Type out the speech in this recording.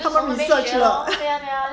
他们 research 了